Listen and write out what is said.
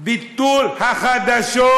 ביטול החדשות,